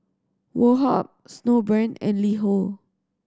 Woh Hup Snowbrand and LiHo